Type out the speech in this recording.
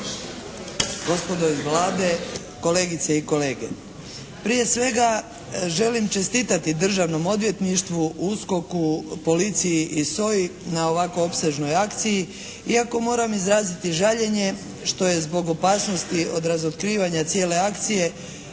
gospodo iz Vlade, kolegice i kolege. Prije svega želim čestitati Državnom odvjetništvu, USKOK-u, policiji i SOA-i na ovako opsežnoj akciji. Iako moram izraziti žaljenje što je zbog opasnosti zbog razotkrivanja cijele akcije